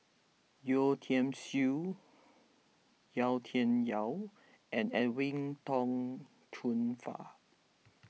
Yeo Tiam Siew Yau Tian Yau and Edwin Tong Chun Fai